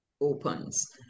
opens